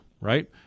right